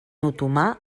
otomà